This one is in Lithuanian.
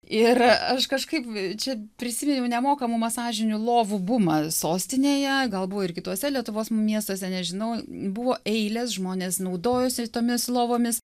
ir aš kažkaip čia prisiminiau nemokamų masažinių lovų bumą sostinėje gal buvo ir kituose lietuvos miestuose nežinau buvo eilės žmonės naudojosi tomis lovomis